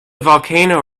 volcano